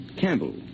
Campbell